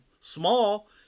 small